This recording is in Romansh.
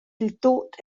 diltut